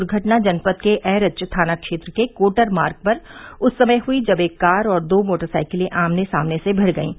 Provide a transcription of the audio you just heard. दुर्घटना जनपद के एरच थाना क्षेत्र के कोटर मार्ग पर उस समय हुयी जब एक कार और दो मोटरसाइकिल आमने सामने से भिड़ गयीं